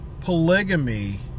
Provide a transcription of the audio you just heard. polygamy